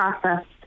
processed